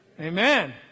Amen